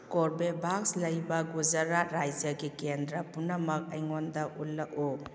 ꯀꯣꯔꯕꯦꯚꯥꯛꯁ ꯂꯩꯕ ꯒꯨꯖꯔꯥꯠ ꯔꯥꯖ꯭ꯌꯥꯒꯤ ꯀꯦꯟꯗ꯭ꯔ ꯄꯨꯝꯅꯃꯛ ꯑꯩꯉꯣꯟꯗ ꯎꯠꯂꯛꯎ